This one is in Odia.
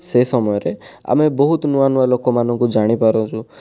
ସେ ସମୟରେ ଆମେ ବହୁତ ନୂଆ ନୂଆ ଲୋକମାନଙ୍କୁ ଜାଣି ପାରୁଛୁ